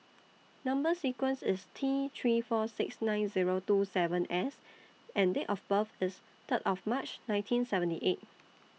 Number sequence IS T three four six nine Zero two seven S and Date of birth IS Third of March nineteen seventy eight